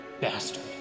bastard